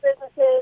businesses